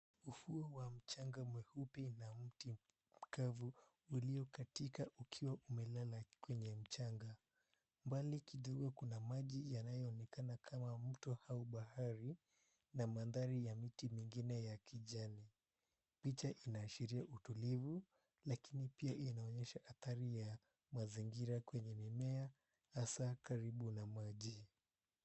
Ufuo wa mchanga mweupe ina mti mkavu ulio katika ukiwa umelala kwenye mchanga. Mbali kidogo kuna maji yanayoonekana kama mto au bahari na mandhari ya miti mingine ya kijani. Picha inaashiria utulivu lakini pia inaonyesha adhari ya mazingira kwenye mimea hasa karibu na maji.